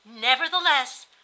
nevertheless